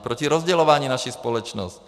Proti rozdělování naší společnosti.